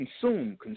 consume